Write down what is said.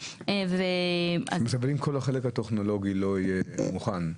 אם כל החלק הטכנולוגי לא יהיה מוכן,